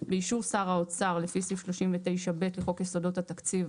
באישור שר האוצר לפי סעיף 39ב לחוק יסודות התקציב,